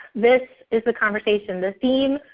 this is a conversation. the theme,